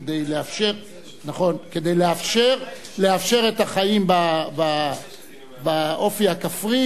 כדי לאפשר את החיים באופי הכפרי,